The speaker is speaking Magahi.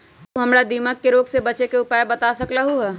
का तू हमरा दीमक के रोग से बचे के उपाय बता सकलु ह?